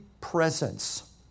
presence